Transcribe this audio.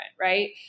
right